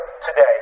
today